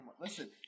Listen